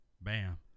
bam